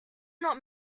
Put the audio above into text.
not